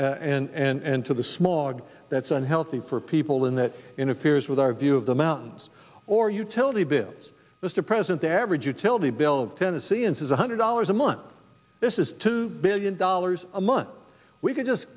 soot and to the smaug that's unhealthy for people in that interferes with our view of the mountains or utility bills mr president the average utility bill of tennesseans is one hundred dollars a month this is two billion dollars a month we could just